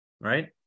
Right